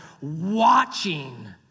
watching